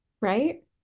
right